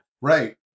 Right